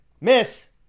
Miss